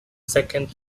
second